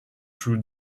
sous